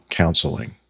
counseling